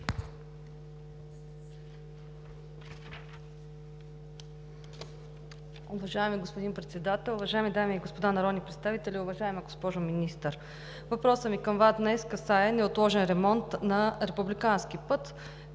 въпросът ми към Вас днес касае неотложен ремонт на републикански път